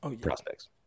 prospects